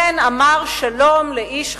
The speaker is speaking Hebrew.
כן אמר שלום לאיש "חיזבאללה"